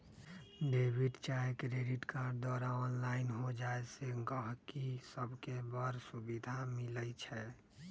debit चाहे credit card द्वारा online हो जाय से गहकि सभके बड़ सुभिधा मिलइ छै